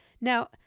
Now